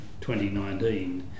2019